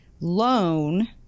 loan